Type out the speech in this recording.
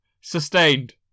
Sustained